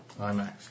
IMAX